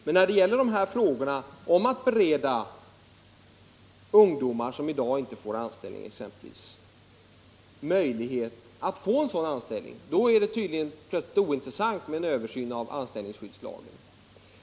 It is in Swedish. Men när det gäller att bereda ungdomar utan arbete möjlighet att få anställning är tydligen en översyn av anställningsskyddslagen plötsligt ointressant.